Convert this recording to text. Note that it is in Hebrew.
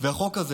והחוק הזה,